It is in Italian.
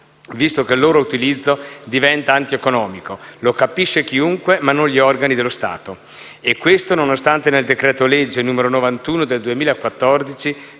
visto che il loro utilizzo diventa antieconomico. Lo capisce chiunque, ma non gli organi dello Stato. E questo nonostante nel decreto-legge n. 91 del 2014